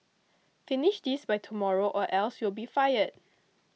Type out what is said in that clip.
finish this by tomorrow or else you'll be fired